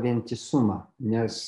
vientisumą nes